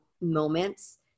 moments